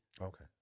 Okay